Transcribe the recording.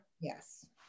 Yes